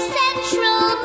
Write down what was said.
central